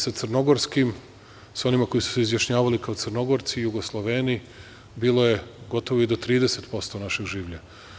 Sa crnogorskim, sa onima koji su se izjašnjavali kao Crnogorci, Jugosloveni, bilo je gotovo i do 30% našeg življa.